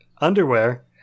Underwear